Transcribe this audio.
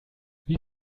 wie